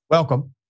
Welcome